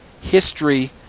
history